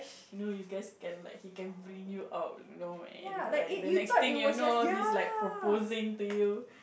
no you guys can like he can bring you out you know and like the next thing you know he's like proposing to you